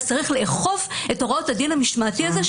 אז צריך לאכוף את הוראות הדין המשמעתי הזה,